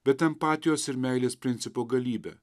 bet empatijos ir meilės principo galybe